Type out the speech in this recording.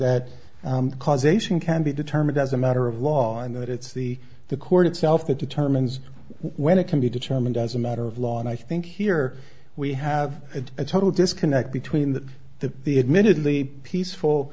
that causation can be determined as a matter of law and that it's the the court itself that determines when it can be determined as a matter of law and i think here we have a total disconnect between the the the admittedly peaceful